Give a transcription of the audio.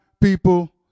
people